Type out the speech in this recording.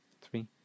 three